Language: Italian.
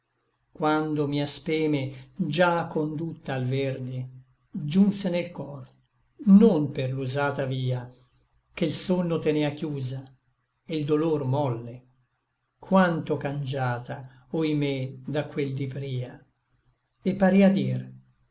quando mia speme già condutta al verde giunse nel cor non per l'usata via che l sonno tenea chiusa e l dolor molle quanto cangiata oimè da quel di pria et parea dir